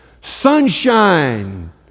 sunshine